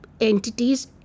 entities